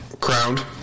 crowned